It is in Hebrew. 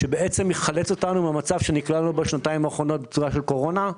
לחלץ אותנו מן המצב שנקלענו אליו בשנתיים האחרונות בתקופת הקורונה.